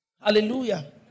Hallelujah